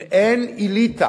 אם אין אליטה